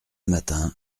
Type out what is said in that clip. matin